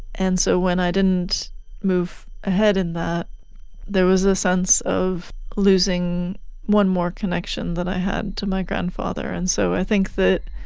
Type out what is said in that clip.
and so when i didn't move ahead in that there was a sense of losing one more connection that i had to my grandfather. and so i think that